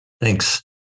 Thanks